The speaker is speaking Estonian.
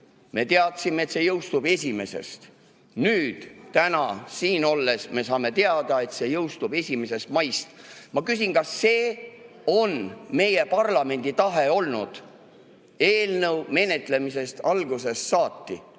me teadsime, et see jõustub 1. [jaanuarist]. Nüüd, täna siin olles me saame teada, et see jõustub 1. maist. Ma küsin: kas see on meie parlamendi tahe olnud eelnõu menetlemise algusest saati?